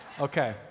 Okay